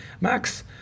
Max